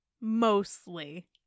mostly